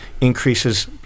increases